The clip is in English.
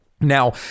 Now